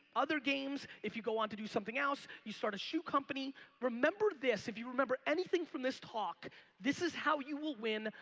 other games, if you go on to something else. you start a shoe company remember this if you remember anything from this talk this is how you will win,